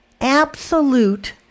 absolute